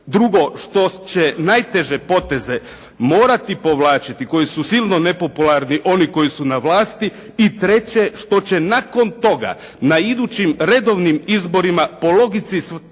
Drugo što će najteže poteze morati povlačiti koji su silno nepopularni oni koji su na vlasti. I treće, što će nakon toga na idućim redovnim izborima po logici stvari